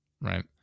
Right